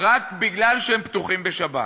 רק כי הם פתוחים בשבת?